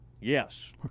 Yes